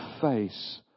face